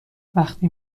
وقتی